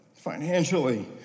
financially